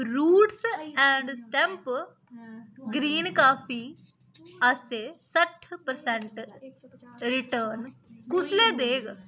roots and stamp green coffee आस्तै सट्ठ percent return कुसलै देग